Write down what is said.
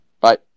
Bye